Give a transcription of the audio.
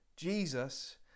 Jesus